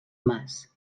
mas